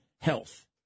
Health